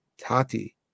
Tati